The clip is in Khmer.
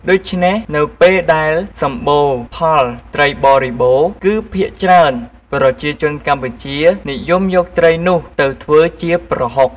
ដូច្នេះ នៅពេលដែលសម្បូរផលត្រីបរិបូរណ៍ គឺភាគច្រើនប្រជាជនកម្ពុជានិយមយកត្រីនោះទៅធ្វើជាប្រហុក។